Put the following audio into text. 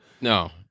No